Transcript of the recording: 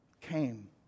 came